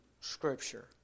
scripture